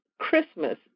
Christmas